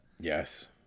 Yes